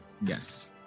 Yes